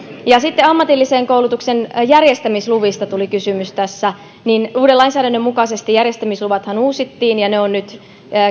ja sitten ammatillisen koulutuksen järjestämisluvista tuli kysymys tässä uuden lainsäädännön mukaisestihan järjestämisluvat uusittiin ja ne on nyt